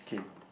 okay